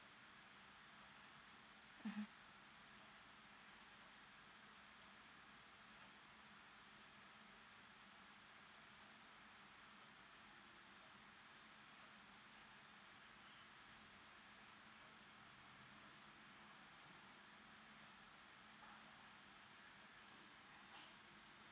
mmhmm